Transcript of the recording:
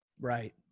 right